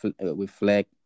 reflect